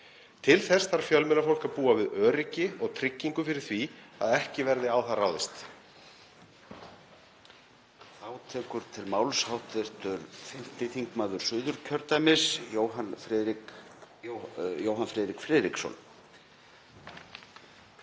Til þess þarf fjölmiðlafólk að búa við öryggi og tryggingu fyrir því að ekki verði á það ráðist.